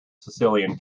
sicilian